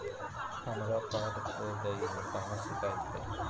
हमरा कार्ड खो गई है, कहाँ शिकायत करी?